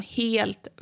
helt